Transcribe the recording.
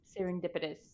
serendipitous